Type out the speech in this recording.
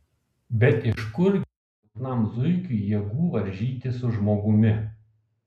bet iš kurgi silpnam zuikiui jėgų varžytis su žmogumi